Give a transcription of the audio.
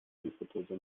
hipotezo